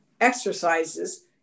exercises